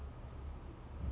I forgot his name